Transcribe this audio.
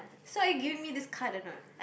so are you giving me this card or not